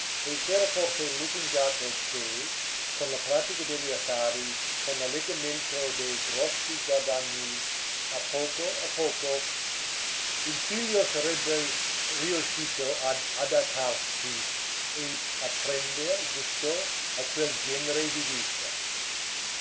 e s'era forse lusingato che con la pratica degli affari con l'allettamento dei grossi guadagni a poco a poco il figlio sarebbe riuscito ad adattarsi e a prender gusto a quel genere di vita